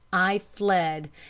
i fled,